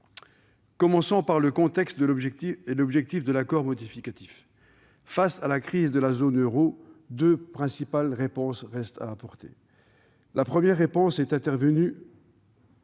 Commençons par le contexte et l'objectif de l'accord modificatif. Devant la crise de la zone euro, deux principales réponses ont été apportées. La première réponse est intervenue